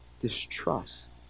distrust